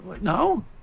no